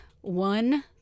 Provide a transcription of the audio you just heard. One